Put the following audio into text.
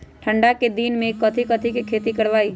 ठंडा के दिन में कथी कथी की खेती करवाई?